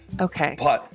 Okay